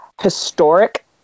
historic